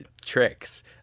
tricks